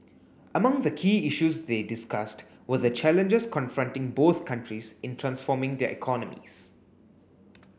among the key issues they discussed were the challenges confronting both countries in transforming their economies